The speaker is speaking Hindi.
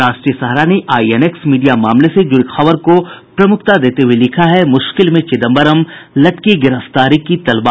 राष्ट्रीय सहारा ने आईएनएक्स मीडिया मामले से जुड़ी खबर को प्रमुखता देते हुये लिखा है मुश्किल में चिदम्बरम लटकी गिरफ्तारी की तलवार